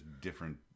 different